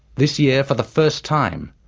this year, for the first time,